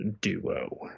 duo